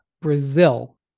Brazil